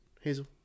hazel